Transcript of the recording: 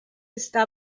está